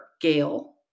Gail